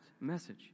message